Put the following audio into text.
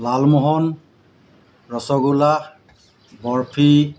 Lalmohan rasgulla barfi